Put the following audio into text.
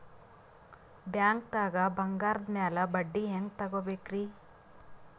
ಬ್ಯಾಂಕ್ದಾಗ ಬಂಗಾರದ್ ಮ್ಯಾಲ್ ಬಡ್ಡಿ ಹೆಂಗ್ ತಗೋಬೇಕ್ರಿ?